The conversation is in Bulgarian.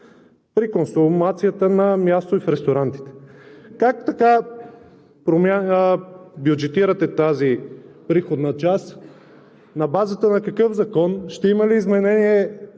при консумацията на място в ресторантите. Как така бюджетирате тази приходна част, на базата на какъв закон, ще има ли изменение